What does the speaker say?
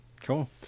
cool